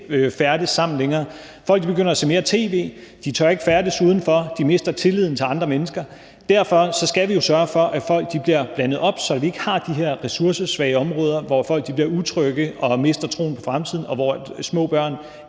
færdes sammen længere. Folk begynder at se mere tv, de tør ikke færdes udenfor, de mister tilliden til andre mennesker. Derfor skal vi jo sørge for, at folk bliver blandet op, så vi ikke har de her ressourcesvage områder, hvor folk bliver utrygge og mister troen på fremtiden, og hvor små børn